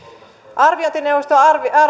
arviointineuvosto arvioi